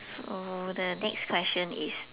so the next question is